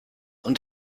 und